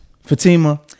Fatima